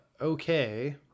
okay